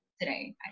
today